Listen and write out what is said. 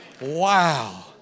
Wow